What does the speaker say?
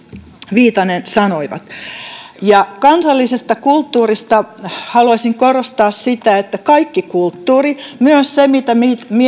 viitanen sanoivat kansallisesta kulttuurista haluaisin korostaa sitä että kaikki kulttuuri myös se mitä